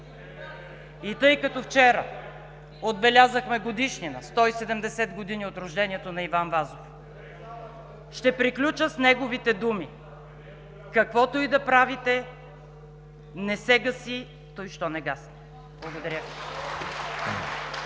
И тъй като вчера отбелязахме годишнина – 170 години от рождението на Иван Вазов, ще приключа с неговите думи, каквото и да правите: „Не се гаси туй, що не гасне!“